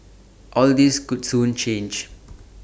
all this could soon change